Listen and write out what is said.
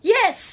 Yes